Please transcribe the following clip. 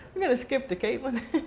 i'm gonna skip to caitlin.